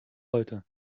heute